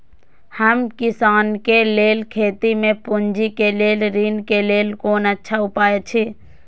हम किसानके लेल खेती में पुंजी के लेल ऋण के लेल कोन अच्छा उपाय अछि?